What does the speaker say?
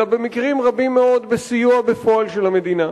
אלא במקרים רבים מאוד בסיוע בפועל של המדינה.